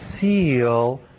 seal